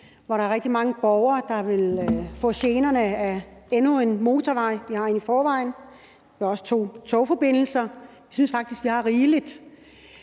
hvor der er rigtig mange borgere, der vil få gener af endnu en motorvej; vi har en i forvejen, og vi har også to togforbindelser – jeg synes faktisk, vi har rigeligt.